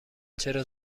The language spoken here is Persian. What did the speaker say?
چرا